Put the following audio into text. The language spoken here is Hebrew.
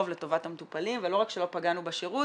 לטובת המטופלים ולא רק שלא פגענו בשירות,